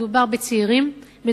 מדובר בצעירים,